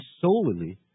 solely